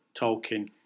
Tolkien